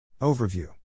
Overview